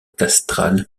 castrale